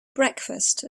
breakfast